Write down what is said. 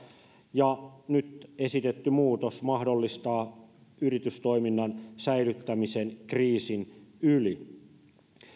ja nyt esitetty muutos mahdollistaa yritystoiminnan säilyttämisen kriisin yli